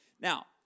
Now